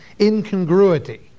incongruity